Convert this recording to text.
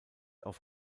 auf